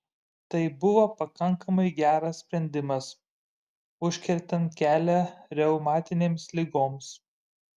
tai buvo pakankamai geras sprendimas užkertant kelią reumatinėms ligoms